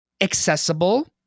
accessible